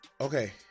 Okay